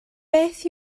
beth